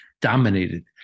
dominated